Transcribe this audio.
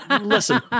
Listen